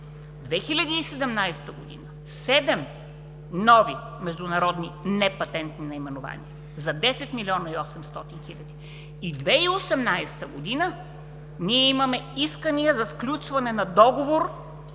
2017 г. – 7 нови международни непатентни наименования за 10 млн. 800 хил. лв. 2018 г. ние имаме искания за сключване на договор